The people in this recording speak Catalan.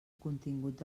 contingut